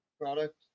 product